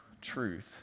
truth